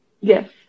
yes